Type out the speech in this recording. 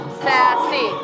sassy